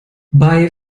bei